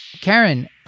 Karen